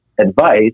advice